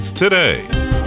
Today